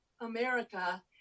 America